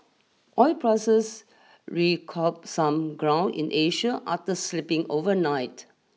oil prices recouped some ground in Asia after slipping overnight